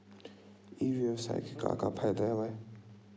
ई व्यवसाय के का का फ़ायदा हवय?